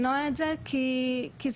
אנחנו מדברים על שכיחות מאוד גבוהה.